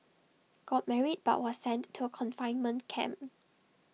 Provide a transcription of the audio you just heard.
got married but was sent to A confinement camp